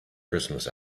christmas